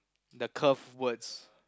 the curve words